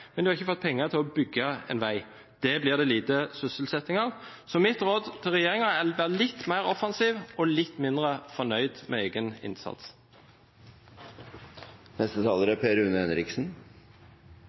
men de har ikke fått penger til å bygge en vei. Det blir det lite sysselsetting av. Mitt råd til regjeringen er å være litt mer offensiv og litt mindre fornøyd med egen innsats.